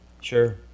sure